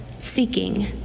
seeking